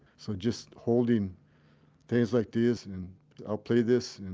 so just holding things like this, and i'll play this and